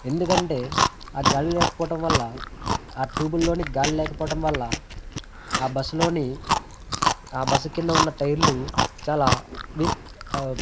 ఎందుకంటే ఆ గాలి లేకపోవటం వల్ల ఆ టూబుల్లోని గాలి లేకపోవటం వల్ల ఆ బస్సులోని ఆ బస్సు కింద ఉన్న టైర్లు చాలా నీ